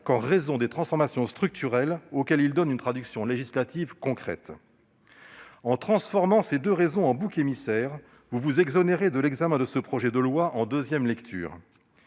qu'en raison des transformations structurelles auxquelles il donne une traduction législative concrète ? En désignant des boucs émissaires, vous vous exonérez de l'examen de ce projet de loi en deuxième lecture.